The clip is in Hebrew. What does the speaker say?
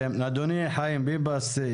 אדוני חיים ביבס,